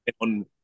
on